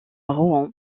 rouen